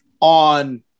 on